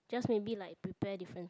just maybe like prepare different